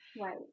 Right